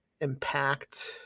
impact